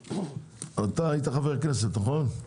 אתה היית חבר כנסת, נכון?